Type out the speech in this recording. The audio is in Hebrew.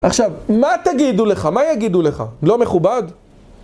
עכשיו, מה תגידו לך? מה יגידו לך? לא מכובד?